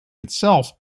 itself